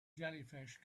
jellyfish